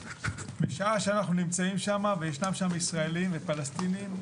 בשעה שאנחנו נמצאים שם וישנם שם ישראלים ופלסטינים,